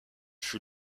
fut